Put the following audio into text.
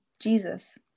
Jesus